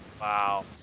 Wow